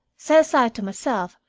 says i to myself,